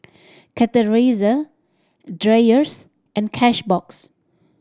Chateraise Dreyers and Cashbox